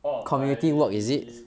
orh I